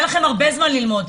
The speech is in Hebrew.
היה לכם הרבה זמן ללמוד,